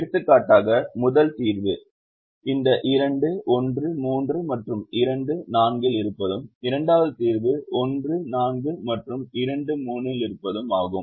எடுத்துக்காட்டாக முதல் தீர்வு இந்த 2 1 3 மற்றும் 2 4 லில் இருப்பதும் இரண்டாவது தீர்வு 1 4 மற்றும் 2 3 லில் இருப்பதும் ஆகும்